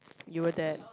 you were that